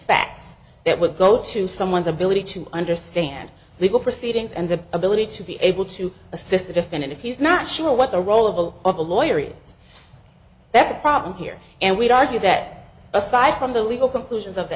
facts that would go to someone's ability to understand legal proceedings and the ability to be able to assist the defendant he's not sure what the role of all of a lawyer that's a problem here and we'd argue that aside from the legal conclusions of the